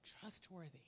trustworthy